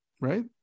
right